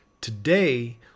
Today